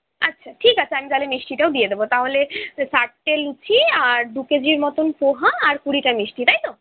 আচ্ছা ঠিক আছে আমি তাহলে মিষ্টিটাও দিয়ে দেবো তাহলে ষাটটা লুচি আর দু কেজির মতন পোহা আর কুড়িটা মিষ্টি তাই তো